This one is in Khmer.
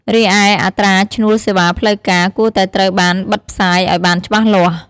រីឯ អត្រាឈ្នួលសេវាផ្លូវការ គួរតែត្រូវបានបិទផ្សាយឱ្យបានច្បាស់លាស់។